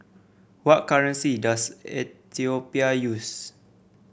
what currency does Ethiopia use